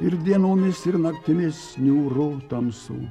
ir dienomis ir naktimis niūru tamsu